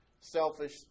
selfish